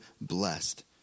blessed